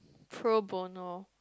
ProBorneo